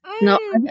No